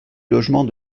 logement